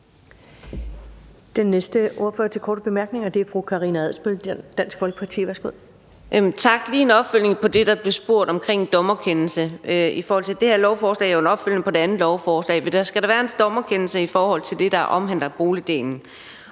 Den næste med en kort bemærkning er fru Karina Adsbøl, Dansk Folkeparti. Værsgo. Kl. 15:41 Karina Adsbøl (DF): Tak. Det er lige en opfølgning på det, der blev spurgt om med hensyn til en dommerkendelse. Det her lovforslag er jo en opfølgning på det andet lovforslag. Skal der være en dommerkendelse i forhold til det, der omhandler boligdelen?